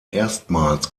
erstmals